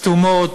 סתומות,